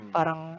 Parang